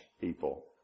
people